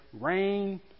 rain